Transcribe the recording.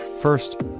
First